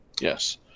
Yes